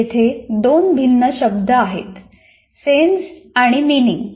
येथे दोन भिन्न शब्द आहेत सेन्स आणि मिनिंग